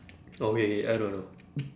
oh okay okay I know I know